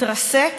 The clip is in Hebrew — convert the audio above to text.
מתרסק